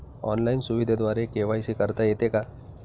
Online सुविधेद्वारे KYC करता येते का?